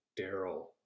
Daryl